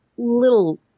little